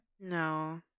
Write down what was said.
No